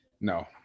No